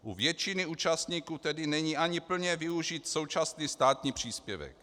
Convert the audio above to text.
U většiny účastníků tedy ani není plně využit současný státní příspěvek.